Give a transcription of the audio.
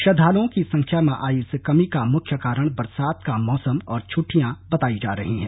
श्रद्धालुओं की संख्या में आई इस कमी का मुख्य कारण बरसात का मौसम और छुट्टियां बताई जा रही है